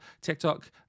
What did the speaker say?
tiktok